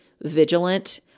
vigilant